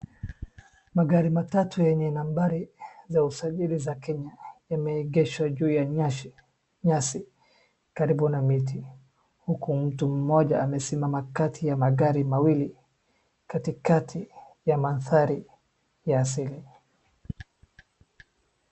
Magari matatu yenye nambari za usajili za Kenya imeegeshwa juu ya nyasi karibu na miti huku mtu mmoja amesimama kati ya magari mawili katikati ya mandhari ya asili.